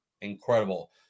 incredible